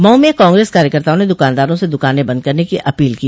मऊ में कांग्रेस कार्यकर्ताओं ने दुकानदारों से दुकाने बंद करने की अपील की